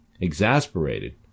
Exasperated